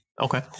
Okay